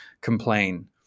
complain